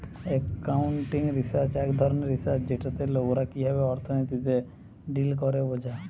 accounting research এক ধরণের research যেটাতে লোকরা কিভাবে অর্থনীতিতে ডিল করে বোঝা